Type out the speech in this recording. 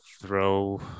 throw